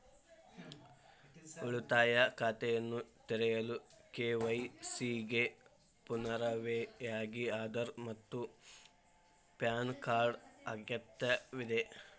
ಉಳಿತಾಯ ಖಾತೆಯನ್ನು ತೆರೆಯಲು ಕೆ.ವೈ.ಸಿ ಗೆ ಪುರಾವೆಯಾಗಿ ಆಧಾರ್ ಮತ್ತು ಪ್ಯಾನ್ ಕಾರ್ಡ್ ಅಗತ್ಯವಿದೆ